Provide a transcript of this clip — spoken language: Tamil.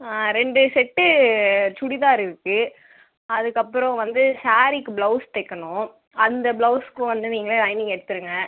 ரெண்டு செட்டு சுடிதாரு இருக்குது அதுக்கு அப்புறம் வந்து சாரீக்கு பிளவுஸ் தைக்கணும் அந்த பிளவுஸுக்கும் வந்து நீங்களே லைனிங் எடுத்துடுங்க